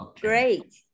Great